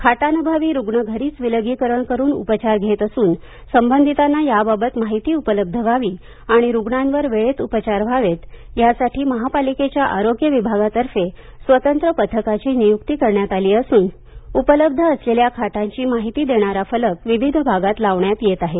खाटांअभावी रूग्ण घरीच विलगीकरण करून उपचार घेत असून सबंधितांना याबाबतची माहिती उपलब्ध व्हावी आणि रूग्णांवर वेळेत उपचार व्हावेत यासाठी महापालिकेच्या आरोग्य विभागातर्फे स्वतंत्र पथकांची नियुक्ती करण्यात आली असून उपलब्ध असलेल्या खाटांची माहिती देणारा फलक विविध भागात लावण्यात येत आहे